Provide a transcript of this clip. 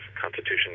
Constitution